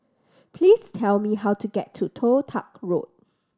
please tell me how to get to Toh Tuck Road